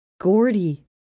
Gordy